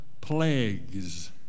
plagues